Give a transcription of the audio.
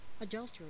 adultery